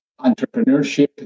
entrepreneurship